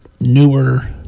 newer